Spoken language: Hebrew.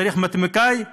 צריך מתמטיקאי?